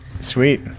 Sweet